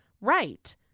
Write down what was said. right